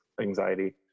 anxiety